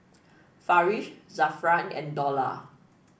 Farish Zafran and Dollah